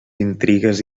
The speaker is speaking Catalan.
intrigues